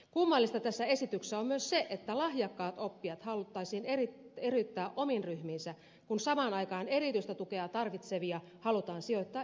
kummallista tässä esityksessä on myös se että lahjakkaat oppijat haluttaisiin eriyttää omiin ryhmiinsä kun samaan aikaan erityistä tukea tarvitsevia halutaan sijoittaa yleisopetuksen ryhmiin